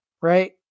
right